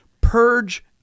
Purge